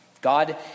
God